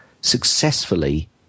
successfully